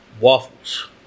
waffles